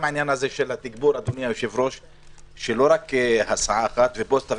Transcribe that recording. לעניין התגבור לא רק הסעה אחת ופוסטה.